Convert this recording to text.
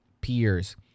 peers